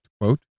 quote